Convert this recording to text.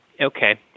okay